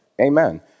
Amen